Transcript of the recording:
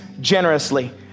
generously